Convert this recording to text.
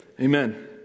Amen